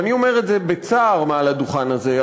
ואני אומר את זה בצער מעל הדוכן הזה,